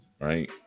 right